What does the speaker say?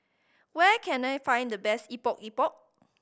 where can I find the best Epok Epok